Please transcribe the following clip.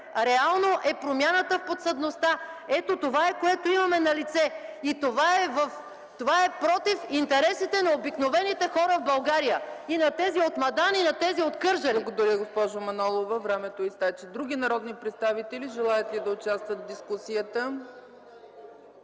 реално е промяната в подсъдността. Ето, това е, което имаме налице. Това е против интересите на обикновените хора в България – и на тези от Мадан, и на тези от Кърджали. ПРЕДСЕДАТЕЛ ЦЕЦКА ЦАЧЕВА: Благодаря, госпожо Манолова, времето изтече. Други народни представители желаят ли да участват в дискусията?